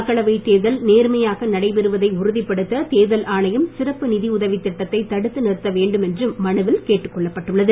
மக்களவை தேர்தல் நேர்மையாக நடைபெறுவதை உறுதிப்படுத்த தேர்தல் ஆணையம் சிறப்பு நிதிஉதவி திட்டத்தை தடுத்து நிறுத்த வேண்டும் என்றும் மனுவில் கேட்டுக் கொள்ளப்பட்டுள்ளது